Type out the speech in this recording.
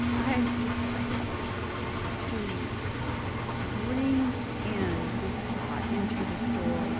i decided to bring in this plot into the story